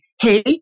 hey